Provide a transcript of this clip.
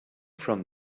from